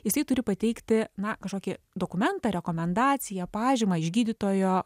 jisai turi pateikti na kažkokį dokumentą rekomendaciją pažymą iš gydytojo